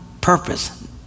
purpose